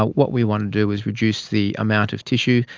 what we want to do is reduce the amount of tissue,